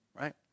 right